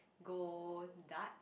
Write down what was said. go Dutch